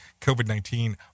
COVID-19